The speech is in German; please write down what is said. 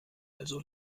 also